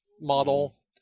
model